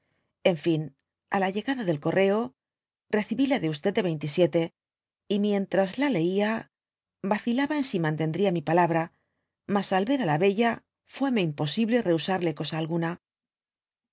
n fin á la llegada del correo recibí la de de y mientras la leía vacilaba en si znantendria mi palabra mas al ver á la bella fuéme imposible rehusarle cosa alguna